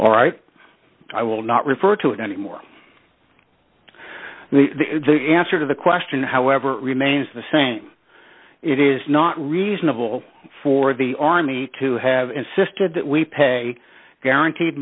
all right i will not refer to it anymore the answer to the question however remains the same it is not reasonable for the army to have insisted that we pay guaranteed